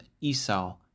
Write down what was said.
Esau